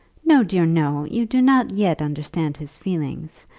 no, dear, no you do not yet understand his feelings.